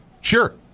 Sure